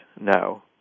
No